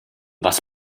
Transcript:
was